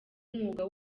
umwuga